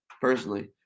personally